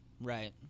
Right